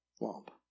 lump